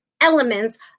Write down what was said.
elements